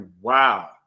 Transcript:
wow